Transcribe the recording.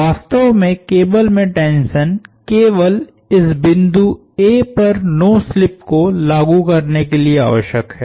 वास्तव में केबल में टेंशन केवल इस बिंदु A पर नो स्लिप को लागू करने के लिए आवश्यक है